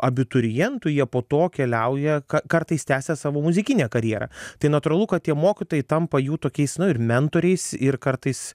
abiturientų jie po to keliauja ka kartais tęsia savo muzikinę karjerą tai natūralu kad tie mokytojai tampa jų tokiais nu ir mentoriais ir kartais